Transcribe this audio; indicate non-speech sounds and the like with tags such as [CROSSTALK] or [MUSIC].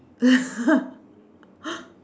[LAUGHS]